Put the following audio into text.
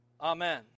Amen